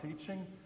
teaching